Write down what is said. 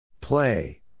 Play